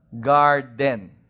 garden